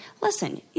listen